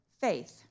faith